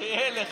שיהיה לך.